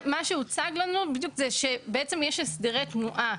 מה שהוצג לנו זה שיש הסדרי תנועה,